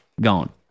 gone